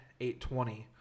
8.20